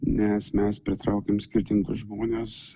nes mes pritraukiam skirtingus žmones